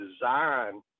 design